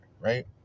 right